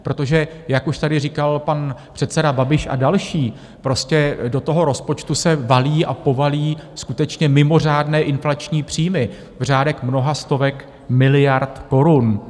Protože jak už tady říkal pan předseda Babiš a další, prostě do toho rozpočtu se valí a povalí skutečně mimořádné inflační příjmy v řádech mnoha stovek miliard korun.